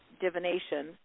divination